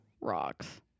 rocks